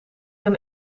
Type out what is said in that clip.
een